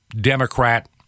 Democrat